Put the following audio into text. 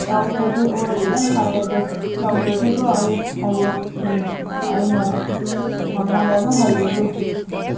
ꯇꯧꯈ꯭ꯔꯗꯤ ꯍꯣꯏ ꯌꯥꯝ ꯐꯔꯦ ꯑꯗꯨ ꯇꯧꯗ꯭ꯔꯗꯤꯀꯣ ꯑꯩ ꯍꯥꯏꯌꯣ ꯑꯩꯅ ꯃꯉꯣꯟꯗ ꯑꯗꯨꯝ ꯍꯥꯏꯕꯤꯒꯦ